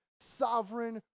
sovereign